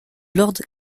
lord